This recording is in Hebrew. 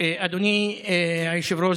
אדוני היושב-ראש,